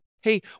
Hey